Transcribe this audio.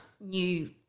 new